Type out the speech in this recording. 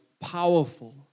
powerful